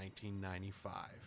1995